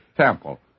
temple